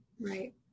Right